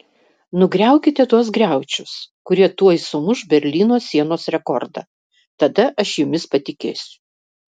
nugriaukite tuos griaučius kurie tuoj sumuš berlyno sienos rekordą tada aš jumis patikėsiu